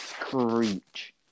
screech